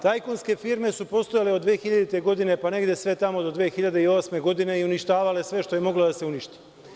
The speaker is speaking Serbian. Tajkunske firme su postojale od 2000. godine pa negde sve tamo do 2008. godine i uništavale sve što je moglo da se uništi.